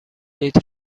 لیتر